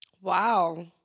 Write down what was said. Wow